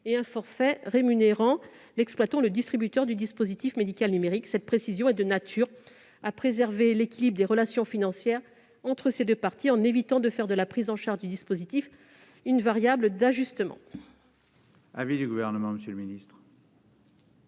de santé, l'autre l'exploitant ou le distributeur du dispositif médical numérique. Cette précision est de nature à préserver l'équilibre des relations financières entre ces deux parties, en évitant de faire de la prise en charge du dispositif une variable d'ajustement.